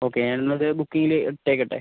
okay ഞാൻ എന്നാൽ അത് ബുക്ക് ചെയ്ത് ഇട്ടേക്കട്ടെ